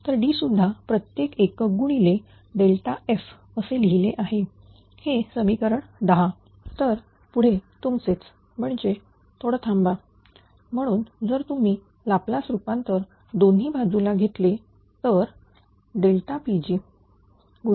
तर D सुद्धा प्रत्येक एकक गुणिले f असे लिहिले आहे हे समीकरण 10 तर पुढे तुमचेच म्हणजे थोड थांबा म्हणून जर तुम्ही लाप्लास रूपांतर दोन्ही बाजूला घेतले तरPg